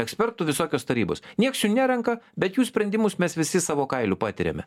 ekspertų visokios tarybos nieks jų nerenka bet jų sprendimus mes visi savo kailiu patiriame